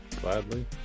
gladly